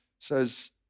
says